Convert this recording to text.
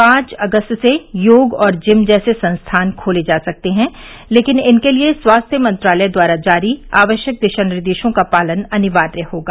पांच अगस्त से योग और जिम जैसे संस्थान खोले जा सकते हैं लेकिन इनके लिए स्वास्थ्य मंत्रालय द्वारा जारी आवश्यक दिशा निर्देशों का पालन अनिवार्य होगा